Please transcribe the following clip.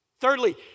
Thirdly